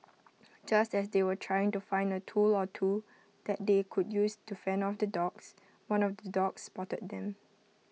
just as they were trying to find A tool or two that they could use to fend off the dogs one of the dogs spotted them